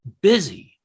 busy